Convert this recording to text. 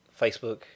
Facebook